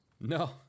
No